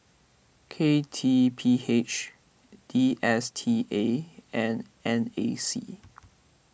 K T P H D S T A and N A C